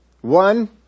One